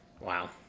wow